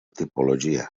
tipologia